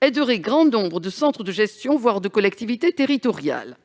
aiderait grand nombre de centres de gestion, voire de collectivités territoriales.